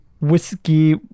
whiskey